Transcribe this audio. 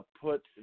put